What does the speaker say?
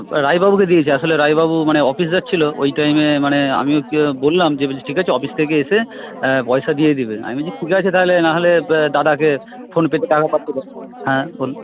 রায়বাবুকে দিয়েছি আসলে রায়বাবু মানে অফিস যাচ্ছিল ওই টাইমে মানে আমিও বললাম যে ঠিক আছে অফিস থেকে এসে পয়সা দিয়ে দেবেন আমি বলছি ঠিক আছে তাহলে না হলে দাদাকে ফোনপেতে টাকা পাঠিয়ে দেবেন হ্যাঁ বলুন